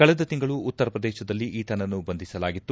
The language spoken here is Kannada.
ಕಳೆದ ತಿಂಗಳು ಉತ್ತರ ಪ್ರದೇಶದಲ್ಲಿ ಈತನನ್ನು ಬಂಧಿಸಲಾಗಿತ್ತು